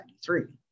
1993